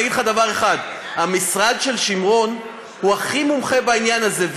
אני אגיד לך דבר אחד: המשרד של שמרון הוא הכי מומחה בעניין הזה,